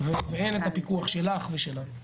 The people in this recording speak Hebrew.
ואין את הפיקוח שלך ושלנו.